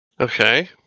Okay